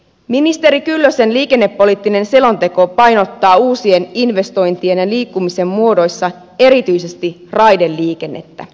ministeri kyllösen liikennepoliittinen selonteko painottaa uusien investointien ja liikkumisen muodoissa erityisesti raideliikennettä